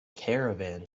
caravan